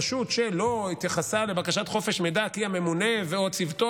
רשות שלא התייחסה לבקשת חופש מידע כי הממונה או צוותו